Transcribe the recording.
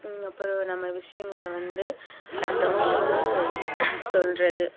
அப்புறம் நம்ம விஷயங்களை வந்து அடுத்தவங்களுக்கு சொல்கிறது